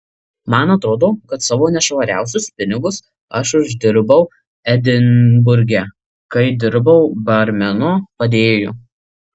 man atrodo kad savo nešvariausius pinigus aš uždirbau edinburge kai dirbau barmeno padėjėju